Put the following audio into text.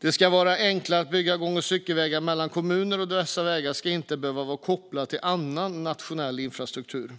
Det ska vara enklare att bygga gång och cykelvägar mellan kommuner, och dessa vägar ska inte behöva vara kopplade till annan nationell infrastruktur.